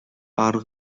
ары